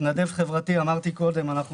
מתנדב חברתי כי כמו שאמרתי קודם,